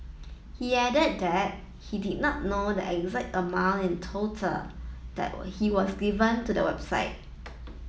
he added that he did not know the exact amount in total that he has given to the website